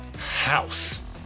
house